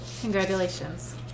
Congratulations